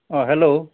অঁ হেল্ল'